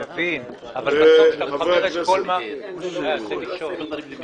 אבל הנושא הזה, לפני שנסגור את החוק,